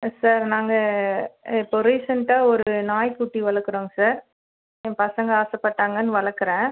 sir நாங்கள் இப்போது ரீசென்ட்டாக ஒரு நாய்க்குட்டி வளர்க்குறோங்க சார் என் பசங்கள் ஆசைப்பட்டாங்கன்னு வளர்க்கறேன்